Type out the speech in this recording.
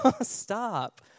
Stop